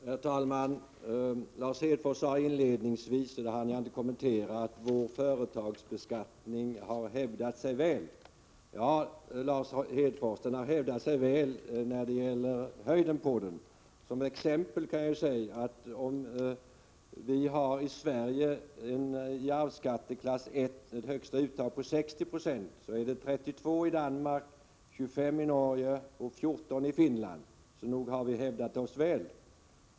Herr talman! Lars Hedfors sade inledningsvis, vilket jag inte hann kommentera, att vår företagsbeskattning har hävdat sig väl. Ja, när det gäller höjden! Som exempel kan jag nämna att om vi i Sverige i arvsskatteklass 1 har ett högsta uttag på 60 96 är det 32 96 i Danmark, 25 96 i Norge och 14 96 i Finland. Så nog har vi hävdat oss väl.